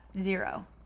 zero